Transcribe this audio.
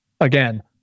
again